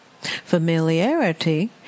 Familiarity